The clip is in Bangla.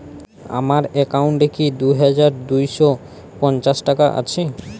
আমার অ্যাকাউন্ট এ কি দুই হাজার দুই শ পঞ্চাশ টাকা আছে?